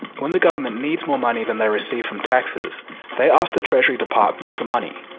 when the government needs more money than they received from taxes they ask the treasury department for money.